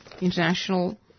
International